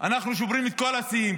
אנחנו שוברים את כל השיאים,